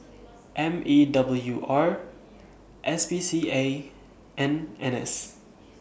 M E W R S P C A and N S